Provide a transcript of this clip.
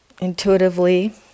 intuitively